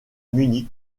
munich